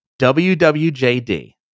WWJD